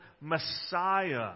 Messiah